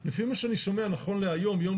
האם היו משמעותיות ומוצלחות שמצדיקות דבר כזה.